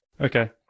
Okay